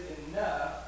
enough